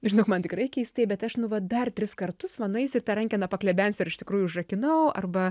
žinok man tikrai keistai bet aš nu va dar tris kartus va nueisiu ir tą rankeną paklebensiu ar iš tikrųjų užrakinau arba